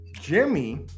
Jimmy